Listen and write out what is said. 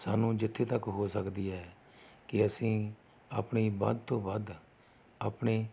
ਸਾਨੂੰ ਜਿੱਥੇ ਤੱਕ ਹੋ ਸਕਦੀ ਹੈ ਕਿ ਅਸੀਂ ਆਪਣੀ ਵੱਧ ਤੋਂ ਵੱਧ ਆਪਣੀ